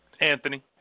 Anthony